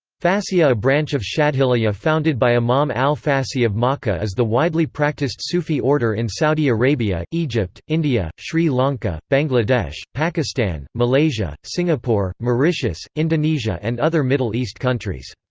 fassiya a branch of shadhiliyya founded by imam al fassi of makkah is the widely practiced sufi order in saudi arabia, egypt, india, sri lanka, bangladesh, pakistan, malaysia, singapore, mauritius, indonesia and other middle east countries.